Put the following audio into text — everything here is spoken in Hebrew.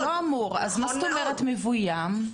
אז מה זאת אומרת "מבוים"?